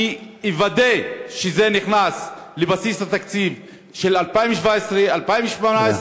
אני אוודא שזה נכנס לבסיס התקציב של 2017 ו-2018,